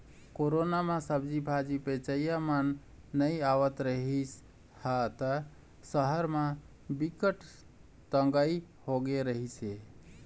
corona म सब्जी भाजी बेचइया मन नइ आवत रिहिस ह त सहर म बिकट तंगई होगे रिहिस हे